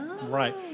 Right